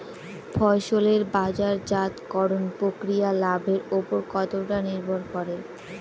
ফসলের বাজারজাত করণ প্রক্রিয়া লাভের উপর কতটা নির্ভর করে?